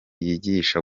yigisha